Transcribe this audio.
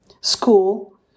school